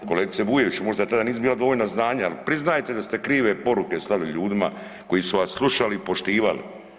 Kolegice Bujević možda tada nisu bila dovoljna znanja, ali priznajte da ste krive poruke slali ljudima koji su vas slušali i poštivali.